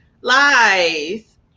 lies